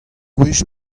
gwech